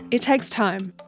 it takes time.